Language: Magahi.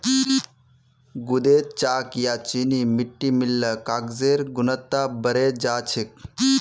गूदेत चॉक या चीनी मिट्टी मिल ल कागजेर गुणवत्ता बढ़े जा छेक